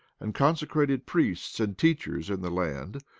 and consecrated priests and teachers in the land,